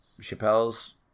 Chappelle's